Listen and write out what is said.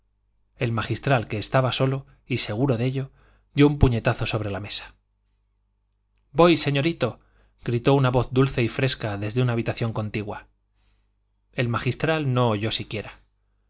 el magistral que estaba solo y seguro de ello dio un puñetazo sobre la mesa voy señorito gritó una voz dulce y fresca desde una habitación contigua el magistral no oyó siquiera